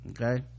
okay